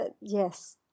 Yes